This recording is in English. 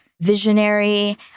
visionary